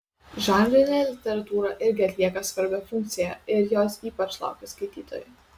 žanrinė literatūra irgi atlieka svarbią funkciją ir jos ypač laukia skaitytojai